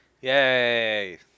Yay